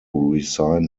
resign